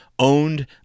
owned